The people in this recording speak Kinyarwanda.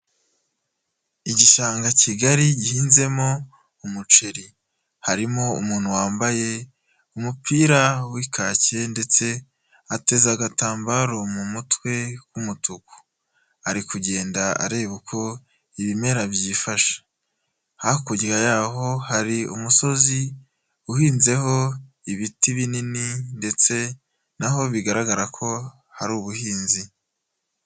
Igishanga kigali gihinzemo umuceri. Harimo umuntu wambaye umupira w'ikaki, ndetse ateze agatambaro mu mutwe k'umutuku. Ari kugenda areba uko ibimera byifashe. Hakurya yaho hari umusozi uhinzeho ibiti binini ndetse naho bigaragara ko hari ubuhinzi.